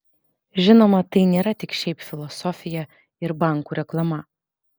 žinoma tai nėra tik šiaip filosofija ir bankų reklama